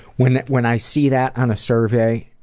when when i see that on a survey